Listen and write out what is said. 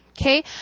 Okay